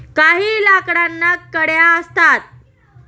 काही लाकडांना कड्या असतात